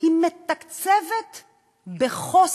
היא מתקצבת בחוסר,